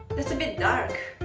that's a bit dark!